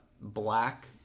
black